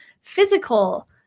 physical